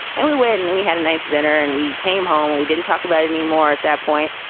and we went and and we had a nice dinner and we came home. we didn't talk about it anymore at that point.